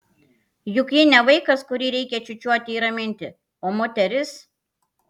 juk ji ne vaikas kurį reikia čiūčiuoti ir raminti o moteris